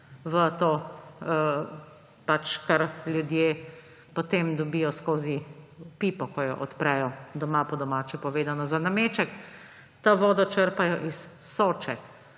v to, kar ljudje potem dobijo skozi pipo, ko jo odprejo doma, po domače povedano. Za nameček to vodo črpajo iz Soče.